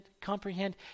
comprehend